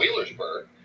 Wheelersburg